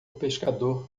pescador